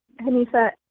Hanifa